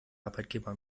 arbeitgeber